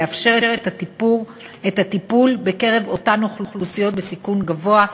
לאפשר את הטיפול בקרב אותן אוכלוסיות בסיכון גבוה,